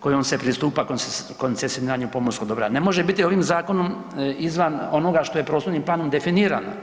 kojom se pristupa koncesioniranju pomorskog dobra, ne može biti ovim zakonom izvan onoga što je prostornim planom definirano.